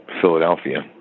Philadelphia